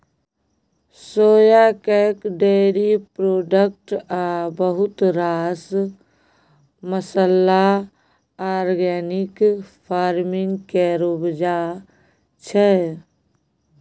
सोया cake, dairy product आ बहुत रास मसल्ला आर्गेनिक फार्मिंग केर उपजा छै